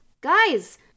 guys